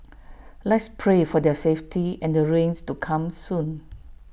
let's pray for their safety and the rains to come soon